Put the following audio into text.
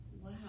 wow